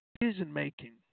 decision-making